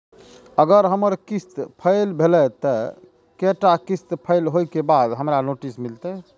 अगर हमर किस्त फैल भेलय त कै टा किस्त फैल होय के बाद हमरा नोटिस मिलते?